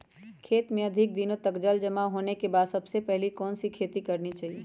खेत में अधिक दिनों तक जल जमाओ होने के बाद सबसे पहली कौन सी खेती करनी चाहिए?